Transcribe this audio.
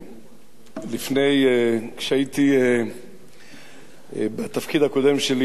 כשהייתי בתפקיד הקודם שלי, יושב-ראש הוועדה